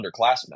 underclassmen